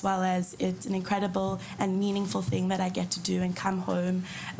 זה גם מדהים ומספק שאני יכולה לעשות את זה עם החברים שלי,